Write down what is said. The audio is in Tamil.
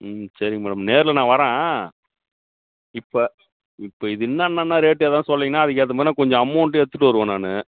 ம் சரிங்க மேடம் நேரில் நான் வர்றேன் இப்போ இப்போ இது என்னென்னனு ரேட் எதுவும் சொன்னிங்கன்னா அதுக்கேற்ற மாதிரி நான் கொஞ்சம் அமௌண்டு எடுத்துகிட்டு வருவேன் நானு